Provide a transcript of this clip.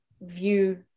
view